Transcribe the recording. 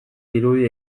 dirudi